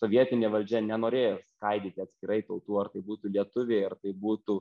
sovietinė valdžia nenorėjo skaidyti atskirai tautų ar tai būtų lietuviai ar tai būtų